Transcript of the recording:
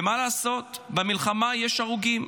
מה לעשות, במלחמה יש הרוגים.